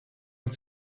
und